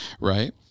Right